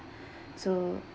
so